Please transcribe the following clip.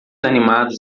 animados